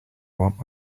want